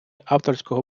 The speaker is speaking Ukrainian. авторського